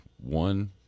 one